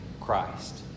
Christ